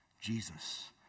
Jesus